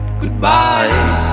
goodbye